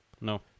No